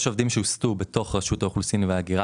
יש עובדים שהוסטו בתוך רשות האוכלוסין וההגירה